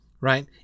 Right